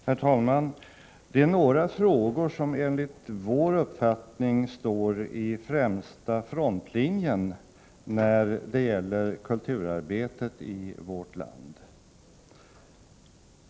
Herr talman! Det är några frågor som enligt vår uppfattning står i främsta frontlinjen när det gäller kulturarbetet i vårt land.